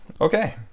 okay